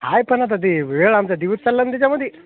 आहे पण आता ते वेळ आमचा दिवस चालला ना त्याच्यामध्ये